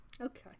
Okay